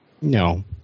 No